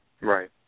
Right